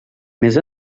més